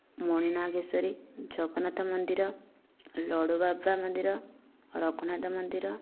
ମଣିନାଗେଶ୍ୱରୀ ଜଗନ୍ନାଥ ମନ୍ଦିର ଲଡ଼ୁବାବା ମନ୍ଦିର ରଘୁନାଥ ମନ୍ଦିର